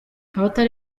abatari